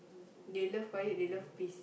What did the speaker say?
they love quiet they love peace